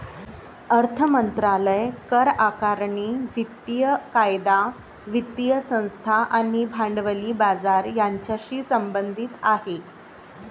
अर्थ मंत्रालय करआकारणी, वित्तीय कायदा, वित्तीय संस्था आणि भांडवली बाजार यांच्याशी संबंधित आहे